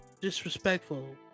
disrespectful